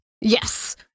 Yes